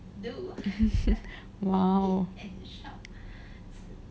!wow!